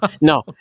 No